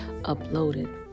uploaded